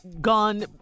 gone